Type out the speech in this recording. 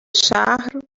شهر